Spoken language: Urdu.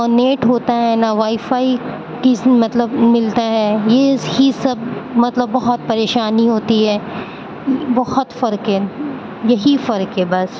نیٹ ہوتا ہے نہ وائی فائی کس مطلب ملتا ہے یہ اس کی سب مطلب بہت پریشانی ہوتی ہے بہت فرق ہے یہی فرق ہے بس